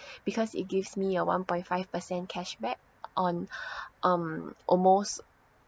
because it gives me a one point five percent cashback on um almost